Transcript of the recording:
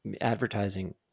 advertising